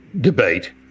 debate